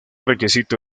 requisito